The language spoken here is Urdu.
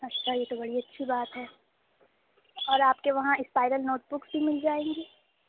اچھا یہ تو بڑی اچھی بات ہے اور آپ کے وہاں اسپائرل نوٹ بکس بھی مِل جائیں گی